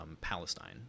palestine